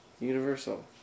Universal